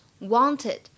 wanted